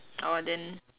oh then